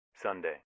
Sunday